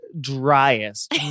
driest